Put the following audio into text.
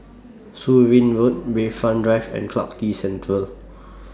Surin Road Bayfront Drive and Clarke Quay Central